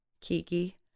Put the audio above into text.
Kiki